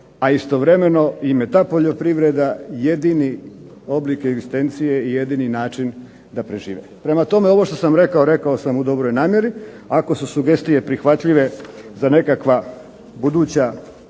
a istovremeno im je ta poljoprivreda jedini oblik egzistencije i jedini način da prežive. Prema tome, ovo što sam rekao rekao sam u dobroj namjeri. Ako su sugestije prihvatljive za nekakva buduća